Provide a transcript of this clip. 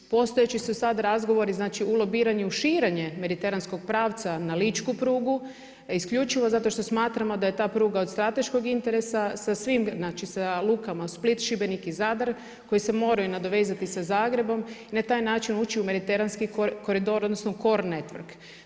Postojeći su sad razgovori u lobiranju širenja mediteranskog pravca na ličku prugu, isključivo zato što smatramo da je ta pruga od strateškog interesa, sa lukama Split, Šibenik i Zadar, koji se moraju nadovezati sa Zagrebom i na taj način ući u mediteranski koridor odnosno core network.